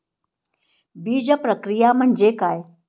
बीजप्रक्रिया म्हणजे काय?